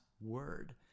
word